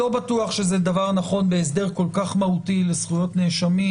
לא בטוח שזה הדבר הנכון בהסדר כל כך מהותי לזכויות נאשמים,